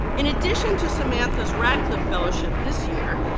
in addition to samantha's radcliffe fellowship this year,